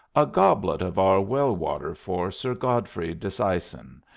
a goblet of our well-water for sir godfrey disseisin.